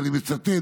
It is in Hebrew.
ואני מצטט,